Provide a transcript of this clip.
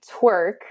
twerk